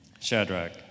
Shadrach